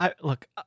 Look